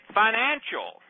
financial